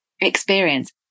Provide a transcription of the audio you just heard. experience